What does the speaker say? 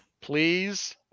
please